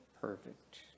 perfect